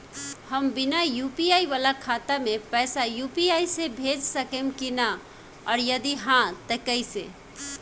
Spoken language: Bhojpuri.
हम बिना यू.पी.आई वाला खाता मे पैसा यू.पी.आई से भेज सकेम की ना और जदि हाँ त कईसे?